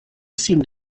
seemed